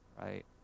right